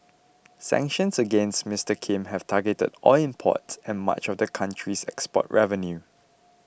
sanctions against Mister Kim have targeted oil imports and much of the country's export revenue